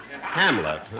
Hamlet